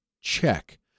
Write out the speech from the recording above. check